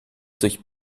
durch